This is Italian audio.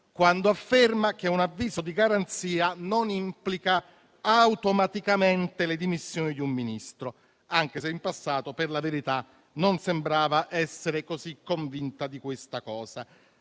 quando afferma che un avviso di garanzia non implica automaticamente le dimissioni di un Ministro, anche se in passato, per la verità, non sembrava essere così convinta di questo.